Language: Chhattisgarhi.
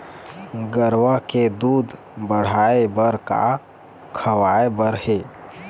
गरवा के दूध बढ़ाये बर का खवाए बर हे?